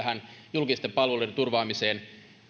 julkisten palveluiden turvaamiseen